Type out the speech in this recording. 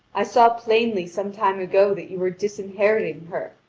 i saw plainly some time ago that you were disinheriting her.